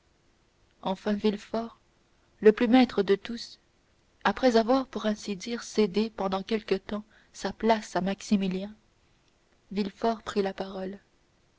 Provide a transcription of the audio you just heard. enfin villefort le plus maître de tous après avoir pour ainsi dire cédé pendant quelque temps sa place à maximilien villefort prit la parole